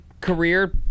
career